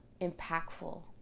impactful